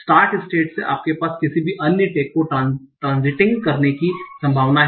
start state से आपके पास किसी भी अन्य टैग को ट्रांसिटिंग करने की संभावना है